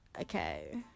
Okay